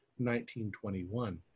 1921